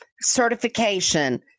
certification